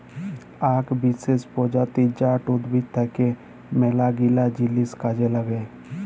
আক বিসেস প্রজাতি জাট উদ্ভিদ থাক্যে মেলাগিলা জিনিস কাজে লাগে